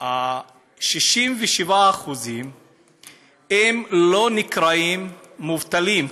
67% לא נקראות מובטלות,